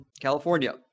California